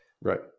Right